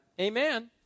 Amen